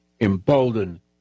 embolden